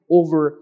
over